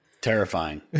Terrifying